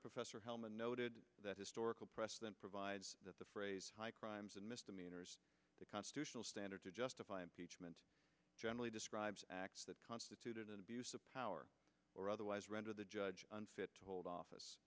professor hellman noted that historical precedent provides that the phrase high crimes and misdemeanors the constitutional standard to justify impeachment generally described that constituted an abuse of power or otherwise render the judge hold office